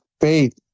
faith